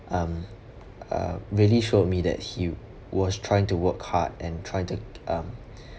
um uh really showed me that he was trying to work hard and trying to um